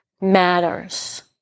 matters